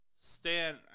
Stan